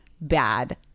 bad